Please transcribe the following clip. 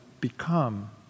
become